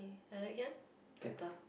like that can better